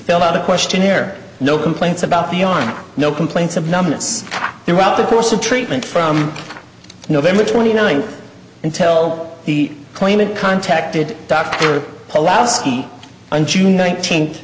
fill out a questionnaire no complaints about the arm no complaints of numbness throughout the course of treatment from november twenty ninth and tell the claimant contacted dr polaski on june nineteenth